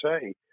say